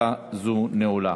אין מתנגדים.